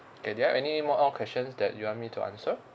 okay do you have any more of questions that you want me to answer